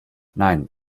nein